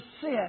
sit